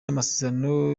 amasezerano